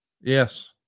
Yes